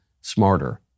smarter